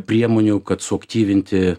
priemonių kad suaktyvinti